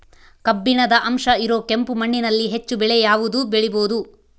ಕಬ್ಬಿಣದ ಅಂಶ ಇರೋ ಕೆಂಪು ಮಣ್ಣಿನಲ್ಲಿ ಹೆಚ್ಚು ಬೆಳೆ ಯಾವುದು ಬೆಳಿಬೋದು?